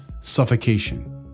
suffocation